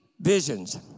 visions